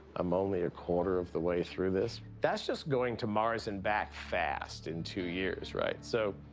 i'm only a quarter of the way through this? that's just going to mars and back fast in two years, right? so,